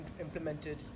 implemented